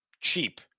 cheap